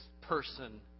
person